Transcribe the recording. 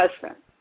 husband